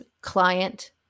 client